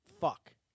Fuck